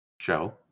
Show